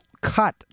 cut